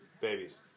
babies